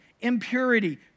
impurity